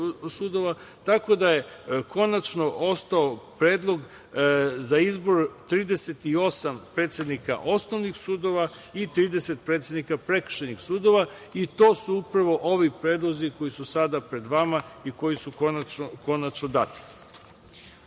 tako da je konačno ostalo predlog za izbor 38 predsednika osnovnih sudova i 30 predsednika prekršajnih sudova i to su upravo ovi predlozi koji su sada pred vama i koji su konačno